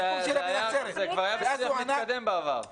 זה היה כבר בשיח מתקדם בעבר.